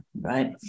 right